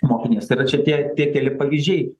mokiniais tai yra čia tie tie keli pavyzdžiai